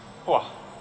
!wah!